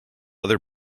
other